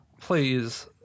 Please